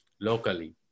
locally